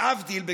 להבדיל,